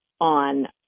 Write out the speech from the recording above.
on